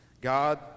God